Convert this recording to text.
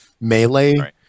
Melee